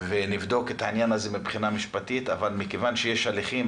את העניין הזה מבחינה משפטית אבל מכיוון שיש הליכים,